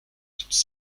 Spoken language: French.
toutes